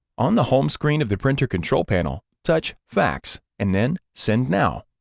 on the home screen of the printer control panel, touch fax, and then send now.